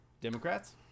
Democrats